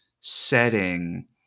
setting